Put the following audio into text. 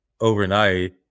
overnight